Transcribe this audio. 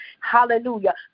hallelujah